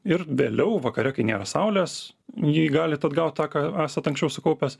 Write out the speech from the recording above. ir vėliau vakare kai nėra saulės jį galit atgaut tą ką esat anksčiau sukaupęs